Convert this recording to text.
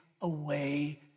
away